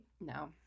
No